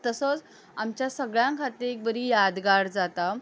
तसोच आमच्या सगळ्यां खातीर एक बरी यादगार जाता